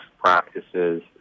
practices